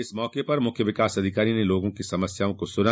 इस मौके पर मुख्य विकास अधिकारी ने लोगों की समस्याओं को सुना